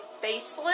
faceless